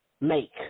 make